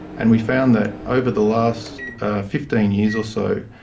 and we found that over the last fifteen years or so,